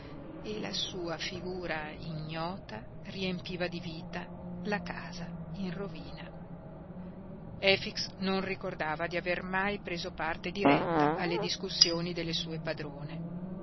e la sua figura ignota riempiva di vita la casa in rovina efix non ricordava di aver mai preso parte diretta alle discussioni delle sue padrone